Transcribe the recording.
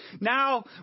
Now